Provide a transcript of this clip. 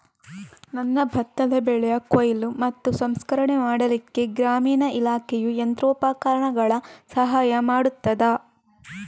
ನನ್ನ ಭತ್ತದ ಬೆಳೆಯ ಕೊಯ್ಲು ಮತ್ತು ಸಂಸ್ಕರಣೆ ಮಾಡಲಿಕ್ಕೆ ಗ್ರಾಮೀಣ ಇಲಾಖೆಯು ಯಂತ್ರೋಪಕರಣಗಳ ಸಹಾಯ ಮಾಡುತ್ತದಾ?